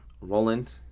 Roland